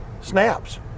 snaps